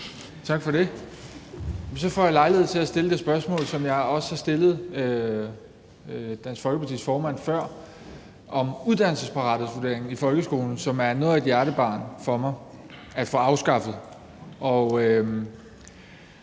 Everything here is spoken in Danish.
Tak for det. Så får jeg lejlighed til at stille det spørgsmål, som jeg også har stillet Dansk Folkepartis formand før, nemlig om uddannelsesparathedsvurderingen i folkeskolen, som er noget af en hjertesag for mig at få afskaffet.